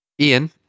Ian